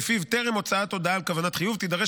ולפיו טרם הוצאת הודעה על כוונת חיוב תידרש